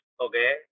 okay